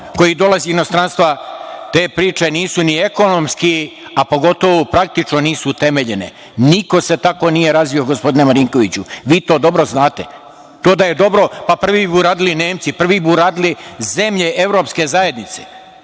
koji dolazi iz inostranstva, te priče nisu ni ekonomski, a pogotovo praktično, nisu utemeljene. Niko se tako nije razvio, gospodine Marinkoviću. Vi to dobro znate. To da je dobro, prvi bi uradili Nemci, prvo bi uradile zemlje Evropske zajednice.